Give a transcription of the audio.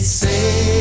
say